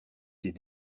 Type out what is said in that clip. des